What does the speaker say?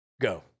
Go